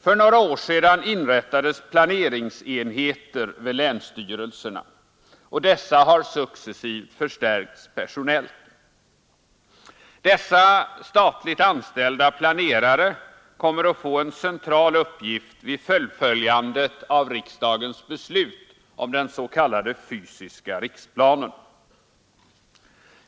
För några år sedan inrättades planeringsenheter vid länsstyrelserna, och dessa har successivt förstärkts personellt. Dessa statligt anställda planerare kommer att få en central uppgift vid fullföljandet av riksdagens beslut om den s.k. fysiska riksplanen.